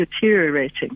deteriorating